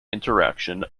interaction